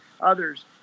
others